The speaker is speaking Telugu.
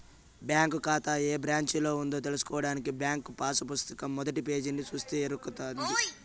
బ్యాంకు కాతా ఏ బ్రాంచిలో ఉందో తెల్సుకోడానికి బ్యాంకు పాసు పుస్తకం మొదటి పేజీని సూస్తే ఎరకవుతది